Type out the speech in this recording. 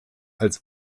als